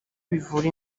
bivura